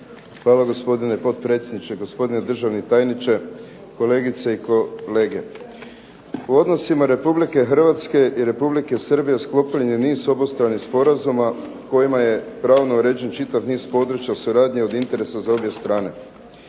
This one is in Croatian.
Hvala, gospodine potpredsjedniče. Gospodine državni tajniče, kolegice i kolege. U odnosima Republike Hrvatske i Republike Srbije sklopljen je niz obostranih sporazuma kojima je pravno uređen čitav niz područja suradnje od interesa za obje strane.